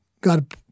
God